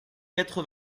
quatre